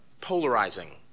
polarizing